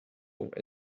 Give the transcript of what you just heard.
and